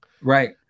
right